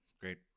Great